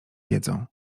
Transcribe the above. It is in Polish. wiedzą